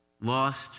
Lost